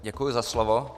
Děkuji za slovo.